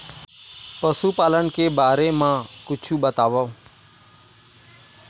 पशुपालन के बारे मा कुछु बतावव?